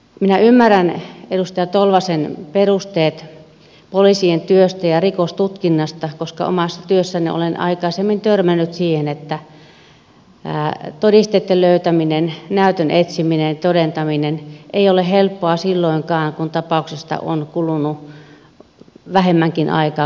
minä ymmärrän edustaja tolvasen perusteet poliisien työstä ja rikostutkinnasta koska omassa työssäni olen aikaisemmin törmännyt siihen että todisteitten löytäminen näytön etsiminen ja todentaminen ei ole helppoa silloinkaan kun tapauksesta on kulunut vähemmänkin aikaa kuin vuosikymmeniä